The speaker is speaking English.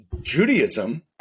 Judaism